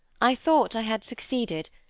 i thought i had succeeded,